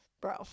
bro